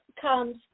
comes